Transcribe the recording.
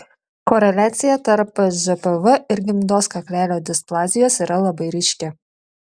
koreliacija tarp žpv ir gimdos kaklelio displazijos yra labai ryški